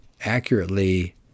accurately